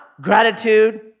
gratitude